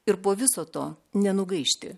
ir po viso to nenugaišti